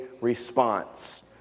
response